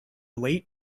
late